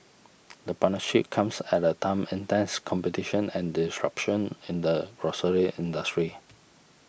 the partnership comes at a time intense competition and disruption in the grocery industry